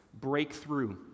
breakthrough